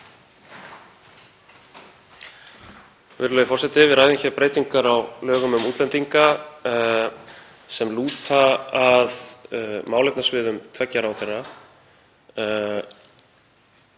Virðulegi forseti. Við ræðum hér breytingar á lögum um útlendinga sem lúta að málefnasviðum tveggja ráðherra